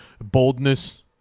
Boldness